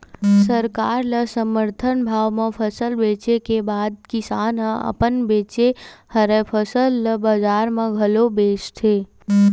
सरकार ल समरथन भाव म फसल बेचे के बाद किसान ह अपन बाचे हरय फसल ल बजार म घलोक बेचथे